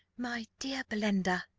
my dear belinda,